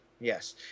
yes